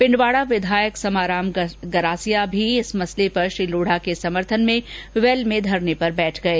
पिंडवाड़ा विधायक समाराम गरासिया भी इस मसले पर श्री लोढ़ा के समर्थन में वैल में धरने पर बैठ गए